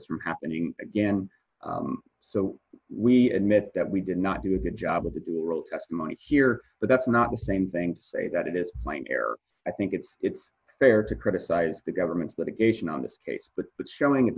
this from happening again so we admit that we did not do a good job with the dual role testimony here but that's not the same thing say that it is my error i think it's it's fair to criticize the government's litigation on this case but showing